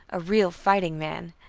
a real fighting man.